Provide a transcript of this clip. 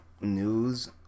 news